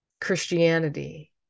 Christianity